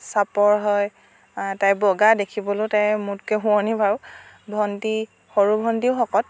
চাপৰ হয় তাই বগা দেখিবলৈ তাই মোতকৈ শুৱনি বাৰু ভণ্টী সৰু ভণ্টীও শকত